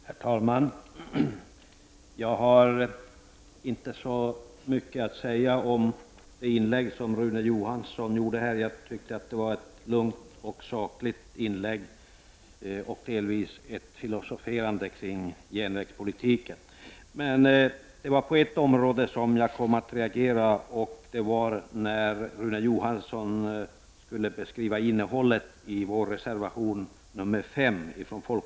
Herr talman! Jag har inte så mycket att säga om det inlägg som Rune Johansson gjorde. Jag tycker att det var ett lugnt och sakligt inlägg, delvis filosoferande kring järnvägspolitiken. Men det var på ett område som jag kom att reagera, och det var när Rune Johansson skulle beskriva innehållet i vår reservation 5.